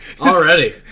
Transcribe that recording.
Already